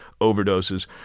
overdoses